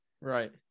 right